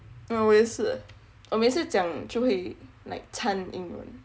我也是我每次讲就会 like 参英文